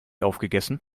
aufgegessen